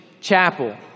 chapel